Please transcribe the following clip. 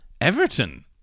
Everton